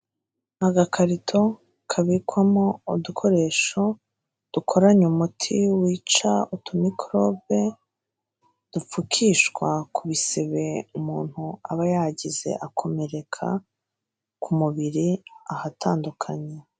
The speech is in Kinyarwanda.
Agakarito kabikwamo udukoresho dukoranye umuti wica utumikorobe, dupfukishwa ku bisebe umuntu abagize akomereka ku mubiri ahatandukanye.